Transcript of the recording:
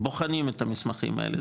בוחנים את המסמכים האלה,